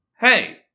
Hey